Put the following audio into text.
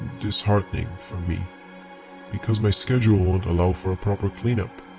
disheartening for me because my schedule won't allow for a proper clean up.